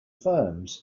firms